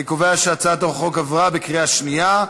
אני קובע שהצעת החוק עברה בקריאה שנייה.